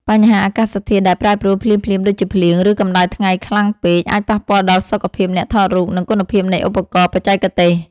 បញ្ហាអាកាសធាតុដែលប្រែប្រួលភ្លាមៗ ដូចជាភ្លៀង ឬកម្ដៅថ្ងៃខ្លាំងពេក អាចប៉ះពាល់ដល់សុខភាពអ្នកថតរូប និងគុណភាពនៃឧបករណ៍បច្ចេកទេស។